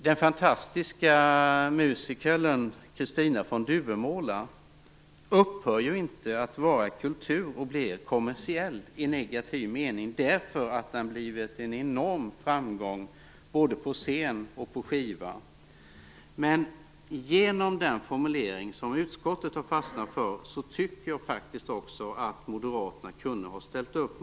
Den fantastiska musikalen Kristina från Duvemåla upphör inte att vara kultur och blir kommersiell i negativ mening därför att den blivit en enorm framgång både på scen och på skiva. Men genom den formulering som utskottet har fastnat för tycker jag faktiskt att Moderaterna kunde ha ställt upp.